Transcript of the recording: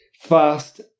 fast